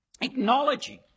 acknowledging